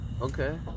okay